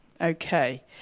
Okay